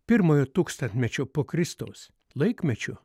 pirmojo tūkstantmečio po kristaus laikmečiu